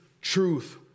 truth